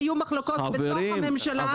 היו מחלוקות בתוך הממשלה,